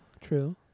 true